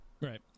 right